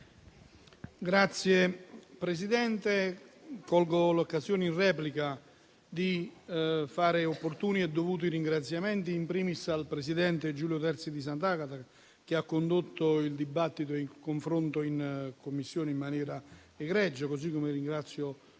Presidente, colgo l'occasione della replica per fare gli opportuni e dovuti ringraziamenti, *in primis* al presidente Giulio terzi di Sant'Agata, che ha condotto il dibattito e il confronto in Commissione in maniera egregia; come pure